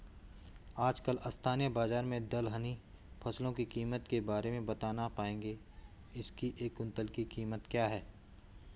आजकल स्थानीय बाज़ार में दलहनी फसलों की कीमत के बारे में बताना पाएंगे इसकी एक कुन्तल की कीमत क्या है?